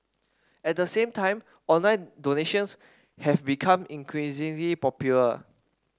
at the same time online donations have become increasingly popular